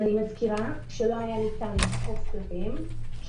אני מזכירה שלא היה ניתן לאכוף כלפיהם כי